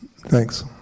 Thanks